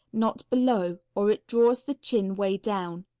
not below, or it draws the chin way down.